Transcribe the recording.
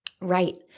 Right